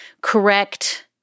correct